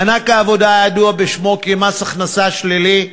מענק העבודה, הידוע בשם מס הכנסה שלילי,